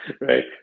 right